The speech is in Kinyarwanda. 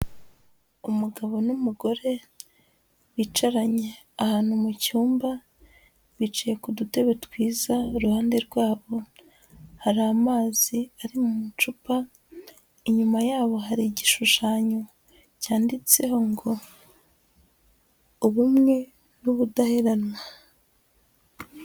Umugabo n'umugore bicaranye ahantu mu cyumba, bicaye ku dutebe twiza, iruhande rwabo hari amazi ari mu macupa, inyuma yabo hari igishushanyo cyanditseho ngo ubumwe n'ubudaheranwa.